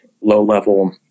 low-level